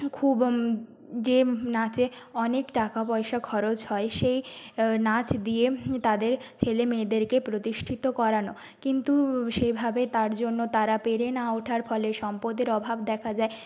খুব যে নাচে অনেক টাকা পয়সা খরচ হয় সেই নাচ দিয়ে তাদের ছেলে মেয়েদেরকে প্রতিষ্ঠিত করানো কিন্তু সেভাবে তার জন্য তারা পেরে না ওঠার ফলে সম্পদের অভাব দেখা যায়